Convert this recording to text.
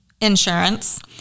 insurance